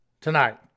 tonight